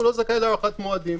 הוא לא זכאי להארכת מועדים.